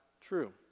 true